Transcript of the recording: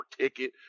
ticket